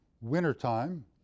wintertime